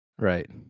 Right